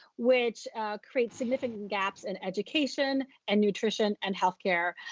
which creates significant gaps in education and nutrition and health care.